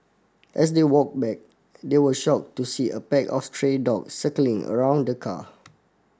as they walk back they were shock to see a pack of stray dogs circling around the car